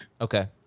Okay